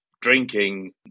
drinking